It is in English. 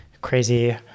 crazy